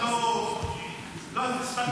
אבל לא הספקתי.